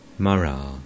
Mara